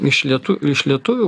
iš lietu iš lietuvių